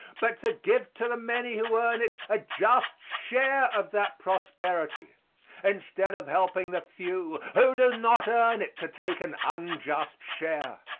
but to give to the many who earn it a just share of that prosperity instead of helping the few who do not earn it to take an unjust share.